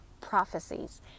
prophecies